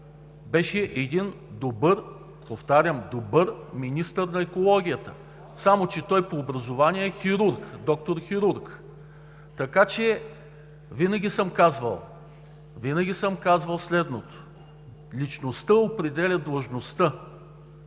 беше един добър, повтарям добър, министър на екологията, само че той по образование е доктор хирург. Така че винаги съм казвал следното: личността определя длъжността.